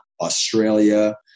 Australia